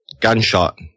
gunshot